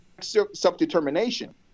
self-determination